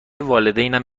والدینم